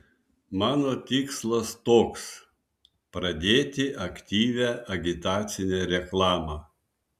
mano tikslas toks pradėti aktyvią agitacinę reklamą